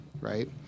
right